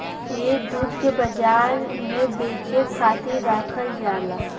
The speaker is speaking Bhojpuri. ए दूध के बाजार में बेचे खातिर राखल जाला